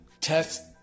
test